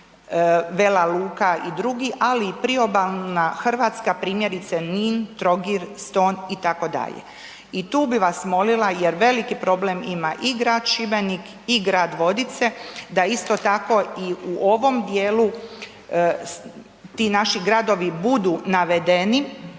Vela Luka i dr., ali i priobalna Hrvatska, primjerice Nin, Trogir, Ston, itd. i tu bi vas molila jer veliki problem ima i grad Šibenik i grad Vodice da isto tako i u ovom dijelu ti naši gradovi budu navedeni